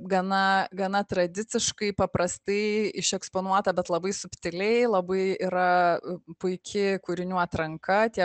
gana gana tradiciškai paprastai išeksponuota bet labai subtiliai labai yra puiki kūrinių atranka tie